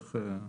לא,